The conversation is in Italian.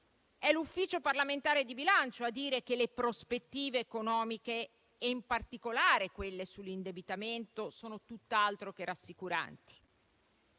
è l'Ufficio parlamentare di bilancio a dire che le prospettive economiche, in particolare quelle sull'indebitamento, sono tutt'altro che rassicuranti.